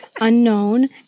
unknown